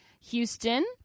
Houston